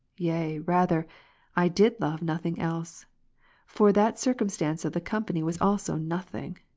yea rather i did love nothing else for that circumstance of the company was also nothing.